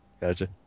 Gotcha